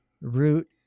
root